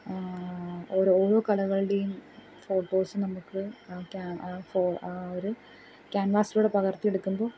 ഓരോ കലകൾടേം ഫോട്ടോസ്സ് നമുക്ക് ക്യാം ആ ഫോ ആ ഒരു ക്യാൻവാസിലൂടെ പകർത്തിയെടുക്കുമ്പോൾ